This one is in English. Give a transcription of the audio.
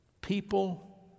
people